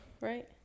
right